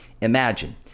Imagine